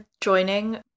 Joining